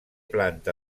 planta